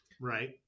right